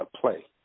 play